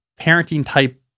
parenting-type